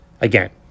Again